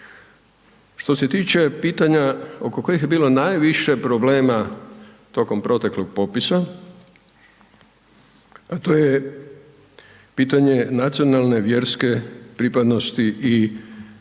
Što se tiče pitanja oko kojih je bilo najviše problema tokom proteklog popisa a to je pitanje nacionalne, vjerske pripadnosti i jezika